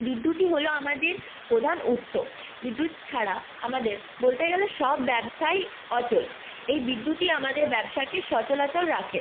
বিদ্যুৎই হল আমাদের প্রধান উৎস বিদ্যুৎ ছাড়া আমাদের বলতে গেলে সব ব্যবসাই অচল এই বিদ্যুৎই আমাদের ব্যবসাকে সচরাচর রাখে